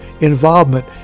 involvement